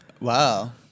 Wow